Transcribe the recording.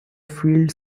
field